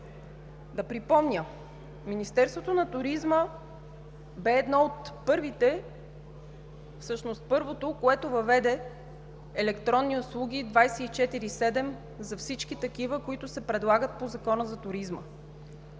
Да припомня, Министерството на туризма беше първото, което въведе електронни услуги 24/7 за всички такива, които се предлагат по Закона за туризма.